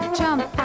jump